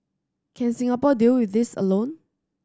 can Singapore deal with this alone